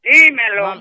Dímelo